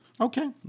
Okay